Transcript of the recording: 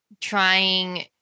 trying